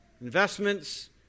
investments